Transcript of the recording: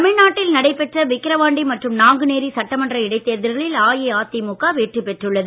தமிழ்நாட்டில் நடைபெற்ற விக்கரவாண்டி மற்றும் நாங்குநேரி சட்டமன்ற இடைத்தேர்தல்களில் அஇஅதிமுக வெற்றி பெற்றுள்ளது